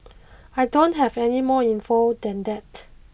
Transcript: I don't have any more info than that